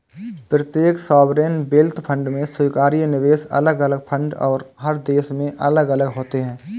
प्रत्येक sovereign wealth fund में स्वीकार्य निवेश अलग अलग फंड और हर देश में अलग अलग होते हैं